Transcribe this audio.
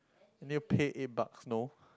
you need to pay eight bucks no